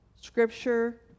Scripture